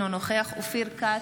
אינו נוכח אופיר כץ,